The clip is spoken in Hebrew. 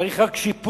צריך רק שיפוץ.